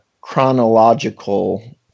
chronological